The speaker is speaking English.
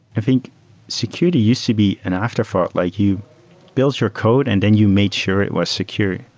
i think security used to be an after fork. like you built your code and then you made sure it was secure.